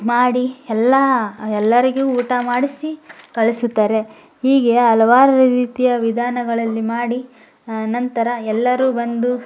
ಮಾಡಿ ಎಲ್ಲಾ ಎಲ್ಲರಿಗೂ ಊಟ ಮಾಡಿಸಿ ಕಳಿಸುತ್ತಾರೆ ಹೀಗೆ ಹಲವಾರು ರೀತಿಯ ವಿಧಾನಗಳಲ್ಲಿ ಮಾಡಿ ನಂತರ ಎಲ್ಲರು ಬಂದು